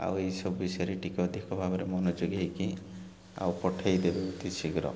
ଆଉ ଏଇସବୁ ବିଷୟରେ ଟିକେ ଅଧିକ ଭାବରେ ମନୋଯୋଗୀ ହେଇକି ଆଉ ପଠେଇ ଦେବେ ଅତି ଶୀଘ୍ର